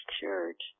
Church